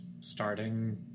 starting